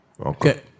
Okay